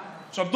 עכשיו,